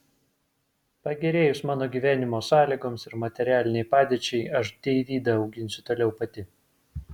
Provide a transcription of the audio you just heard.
pagerėjus mano gyvenimo sąlygoms ir materialinei padėčiai aš deivydą auginsiu toliau pati